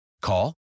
call